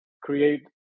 create